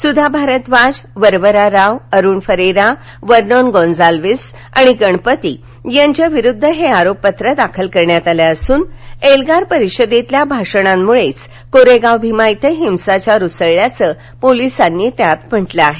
सुधा भारद्वाज वरवरा राव अरुण फरेरा वर्नोन गोन्साल्विस आणि गणपती यांच्याविरुद्ध हे आरोपपत्र दाखल करण्यात आलं असून एल्गार परिषदेतील भाषणांमुळेच कोरेगाव भीमा धिं हिंसाचार उसळल्याचं पोलिसांनी त्यात म्हटलं आहे